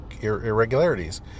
irregularities